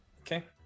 Okay